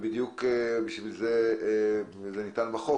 כפי שניתן בחוק,